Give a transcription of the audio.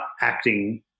acting